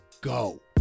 go